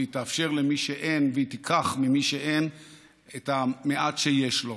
והיא תיקח ממי שאין לו את המעט שיש לו.